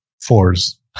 Fours